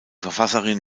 verfasserin